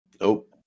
Nope